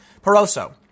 Peroso